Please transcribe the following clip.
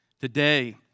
Today